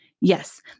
Yes